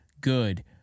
good